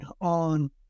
on